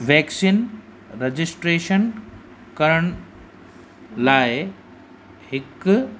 vaccine registration करण लाइ हिकु